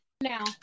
Now